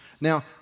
Now